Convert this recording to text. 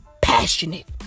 passionate